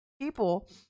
people